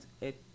it-